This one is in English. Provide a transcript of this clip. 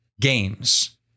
games